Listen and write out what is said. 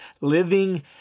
living